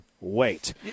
wait